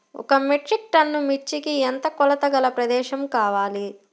ఒక metric ton మిర్చికి ఎంత కొలతగల ప్రదేశము కావాలీ?